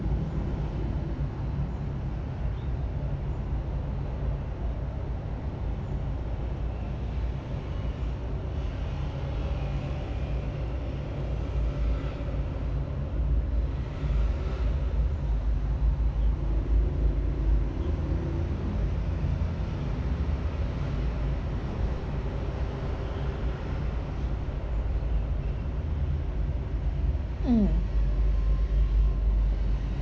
mm